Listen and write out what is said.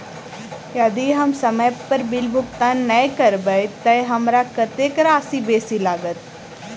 यदि हम समय पर बिल भुगतान नै करबै तऽ हमरा कत्तेक राशि बेसी लागत?